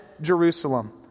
Jerusalem